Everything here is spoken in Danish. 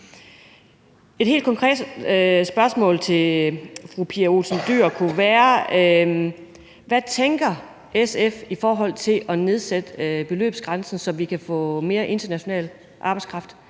Et helt konkret spørgsmål til fru Pia Olsen Dyhr kunne være: Hvad tænker SF i forhold til at nedsætte beløbsgrænsen, så vi kan få mere international arbejdskraft?